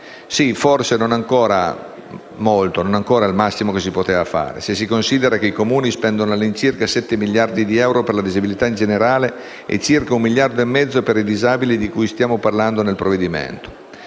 Forse non è ancora il massimo che si poteva fare, se si considera che i Comuni spendono all'incirca 7 miliardi di euro per la disabilità in generale e circa 1,5 miliardi per i disabili di cui stiamo parlando nel provvedimento.